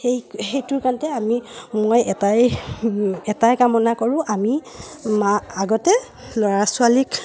সেই সেইটোৰ কাৰণে আমি মই এটাই এটাই কামনা কৰোঁ আমি মা আগতে ল'ৰা ছোৱালীক